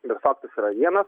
bet faktas yra vienasf